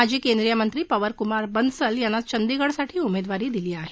माजी केंद्रीय मंत्री पवन कुमार बन्सल ह्यांना चंदीगढसाठी उमेदवारी दिली आहे